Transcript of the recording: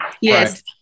Yes